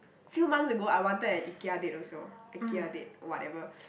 few months ago I wanted an Ikea date also Ikea date whatever